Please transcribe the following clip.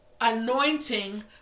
anointing